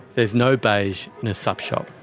there's no beige in a supp shop.